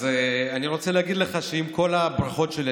אז אני רוצה להגיד לך שעם כל הברכות שלי,